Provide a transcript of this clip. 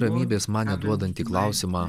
ramybės man neduodantį klausimą